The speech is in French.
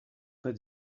pas